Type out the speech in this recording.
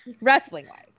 wrestling-wise